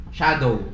shadow